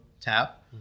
tap